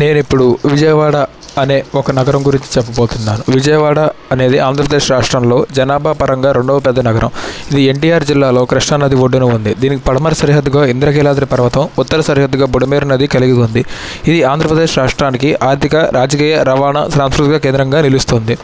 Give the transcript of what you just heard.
నేను ఇప్పుడు విజయవాడ అనే ఒక నగరం గురించి చెప్పబోతున్నాను విజయవాడ అనేది ఆంధ్రప్రదేశ్ రాష్ట్రంలో జనాభా పరంగా రెండో పెద్ద నగరం ఇది ఎన్టిఆర్ జిల్లాలో కృష్ణా నది ఒడ్డున ఉంది దీనికి పడమర సరిహద్దుగా ఇంద్రకీలాద్రి పర్వతం ఉత్తర సరిహద్దుగా బుడమేరు నది కలిగి ఉంది ఇది ఆంధ్రప్రదేశ్ రాష్ట్రానికి ఆర్థిక రాజకీయ రవాణా సాంస్కృతిక కేంద్రంగా నిలుస్తుంది